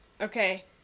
okay